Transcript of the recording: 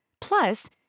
Plus